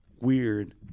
weird